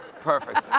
Perfect